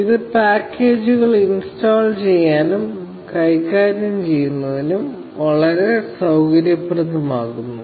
ഇത് പാക്കേജുകൾ ഇൻസ്റ്റാൾ ചെയ്യുന്നതും കൈകാര്യം ചെയ്യുന്നതും വളരെ സൌകര്യപ്രദമാക്കുന്നു